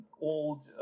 old